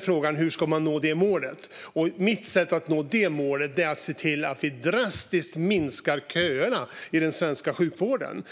Frågan är hur man ska nå det målet. Mitt sätt att nå det målet är att se till att vi drastiskt minskar köerna i den svenska sjukvården.